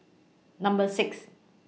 Number six